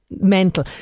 Mental